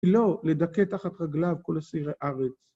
לא לדכא תחת רגליו כל הסיר הארץ.